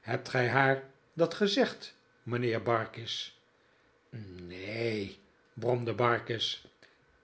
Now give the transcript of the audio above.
hebt gij haar dat gezegd mijnheer barkis ne-een bromde barkis